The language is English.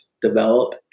develop